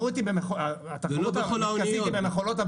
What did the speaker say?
התחרות המרכזית היא במכולות,